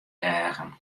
eagen